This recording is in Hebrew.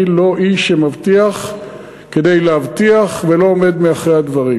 אני לא איש שמבטיח כדי להבטיח ולא עומד מאחורי הדברים.